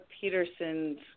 Peterson's